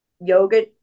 yoga